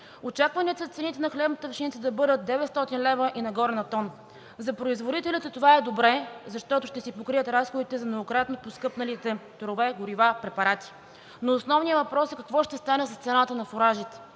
Очакванията са цените на хлебната пшеница да бъдат 900 лв. и нагоре на тон. За производителите това е добре, защото ще си покрият разходите за многократно поскъпналите торове, горива, препарати. Но основният въпрос е: какво ще стане с цената на фуражите?